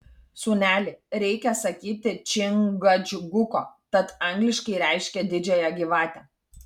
sūneli reikia sakyti čingačguko tat angliškai reiškia didžiąją gyvatę